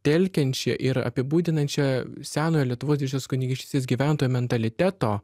telkiančią ir apibūdinančią senojo lietuvos didžiosios kunigaikštystės gyventojų mentaliteto